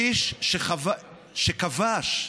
איש שכבש,